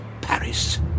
Paris